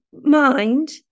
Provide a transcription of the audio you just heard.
mind